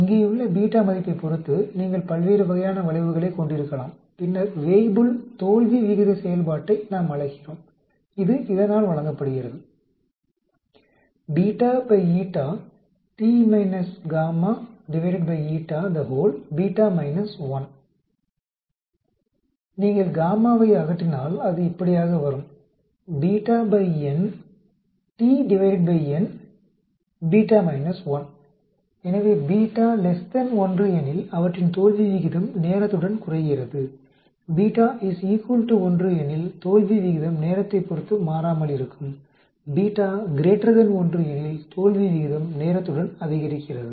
இங்கேயுள்ள β மதிப்பைப் பொறுத்து நீங்கள் பல்வேறு வகையான வளைவுகளைக் கொண்டிருக்கலாம் பின்னர் வேய்புல் தோல்வி விகித செயல்பாட்டை நாம் அழைக்கிறோம் இது இதனால் வழங்கப்படுகிறது நீங்கள் γ அகற்றினால் அது இப்படியாக வரும் β η T η β 1 எனவே β 1 எனில் அவற்றின் தோல்வி விகிதம் நேரத்துடன் குறைகிறது β 1 எனில் தோல்வி விகிதம் நேரத்தைப் பொருத்து மாறாமல் இருக்கும் β 1 எனில் தோல்வி விகிதம் நேரத்துடன் அதிகரிக்கிறது